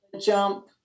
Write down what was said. Jump